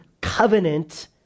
covenant